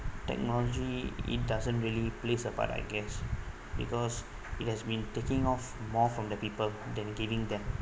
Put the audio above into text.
technology it doesn't really plays a part I guess because it has been taking off more from the people than giving them